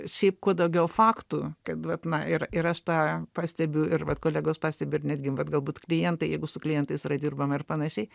šiaip kuo daugiau faktų kad vat na ir ir aš tą pastebiu ir vat kolegos pastebi ir netgi vat galbūt klientai jeigu su klientais yra dirbama ir panašiai